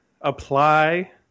apply